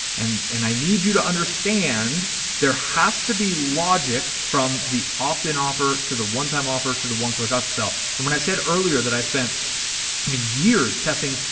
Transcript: and and i need you to, i understand there has to be logic from the opt in offer to the one time offer to the oneclickupsell. and when i said earlier that i spent. i mean years testing,